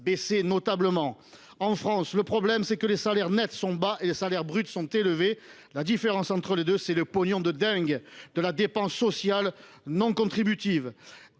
baissaient notablement. En France, le problème est que les salaires nets sont bas et les salaires bruts élevés. La différence entre les deux, c’est le « pognon de dingue » de la dépense sociale non contributive.